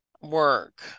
work